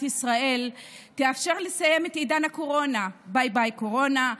ישראל תאפשר לסיים את עידן הקורונה ביי ביי קורונה,